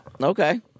Okay